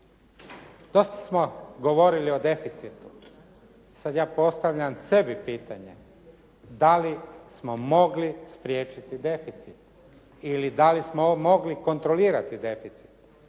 Dosta smo govorili o deficitu. Sad ja postavljam sebi pitanje, da li smo mogli spriječiti deficit? Ili da li smo mogli kontrolirati deficit?